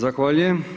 Zahvaljujem.